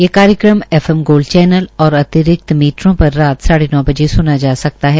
ये कार्यक्रम FM gold channel और अतिरिक्त मीटरों पर साढ़े नौ बजे सुना जा सकता है